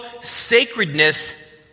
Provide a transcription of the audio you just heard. sacredness